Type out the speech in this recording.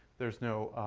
there's no